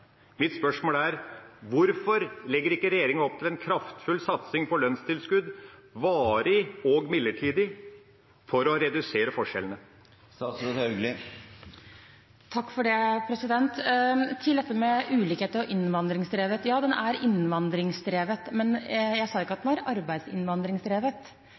Mitt spørsmål er: Hvorfor legger ikke regjeringa opp til en kraftfull satsing på lønnstilskudd – varig og midlertidig – for å redusere forskjellene? Til dette med ulikheter og innvandringsdrevet: Ja, den er innvandringsdrevet, men jeg sa ikke at